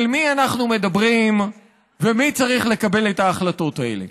אל מי אנחנו מדברים ומי צריך לקבל את ההחלטות האלו?